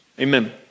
Amen